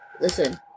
listen